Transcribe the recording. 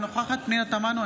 אינה נוכחת פנינה תמנו,